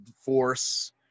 force